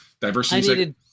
diversity